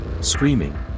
screaming